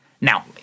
Now